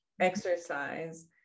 exercise